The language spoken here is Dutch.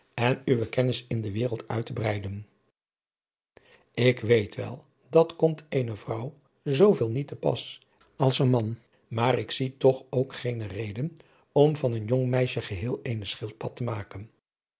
en uwe kennis in de wereld uit te breiden ik weet wel dat komt eene vrouw zooveel niet te pas als een man maar ik zie toch ook geene reden om van een jong meisje geheel eene schildpad te maken